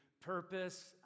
Purpose